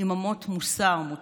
עם אמות מוסר מוצקות.